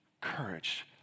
courage